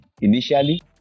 initially